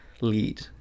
lead